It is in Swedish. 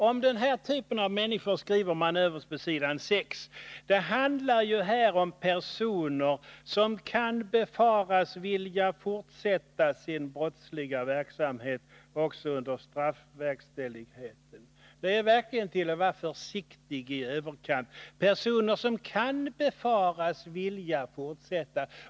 Om den här typen av människor skriver man överst på s. 6: ”—-—-- det handlar ju här om personer som kan befaras vilja fortsätta sin brottsliga verksamhet också under straffverkställigheten.” Det är verkligen att vara försiktig i överkant — ”personer som kan befaras vilja fortsätta”.